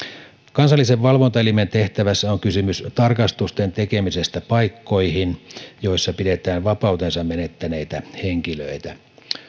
kansallisen valvontaelimen tehtävässä on kysymys tarkastusten tekemisestä paikkoihin joissa pidetään vapautensa menettäneitä henkilöitä